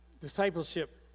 discipleship